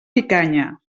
picanya